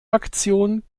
aktion